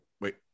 Wait